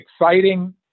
exciting